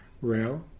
rail